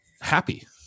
happy